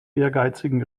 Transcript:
ehrgeizigen